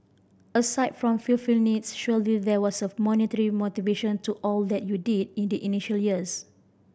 aside from fulfilling needs surely there was a monetary motivation to all that you did in the initial years